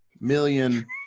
million